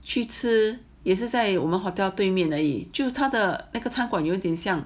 去吃也是在我们 hotel 对面的一就他的那个餐馆有点像